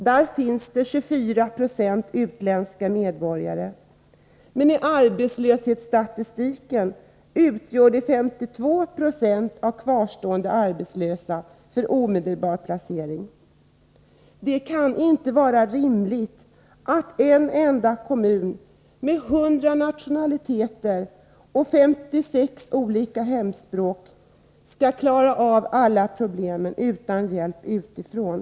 Där finns det 24 20 utländska medborgare, men i arbetslöshetsstatistiken utgör de 52 96 av kvarstående arbetslösa för omedelbar placering. Det kan inte vara rimligt att en enda kommun med 100 nationaliteter och 56 olika hemspråk skall klara av alla problemen utan hjälp utifrån.